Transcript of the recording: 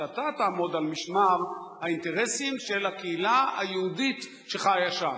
שאתה תעמוד על משמר האינטרסים של הקהילה היהודית שחיה שם.